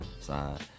side